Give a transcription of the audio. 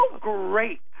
great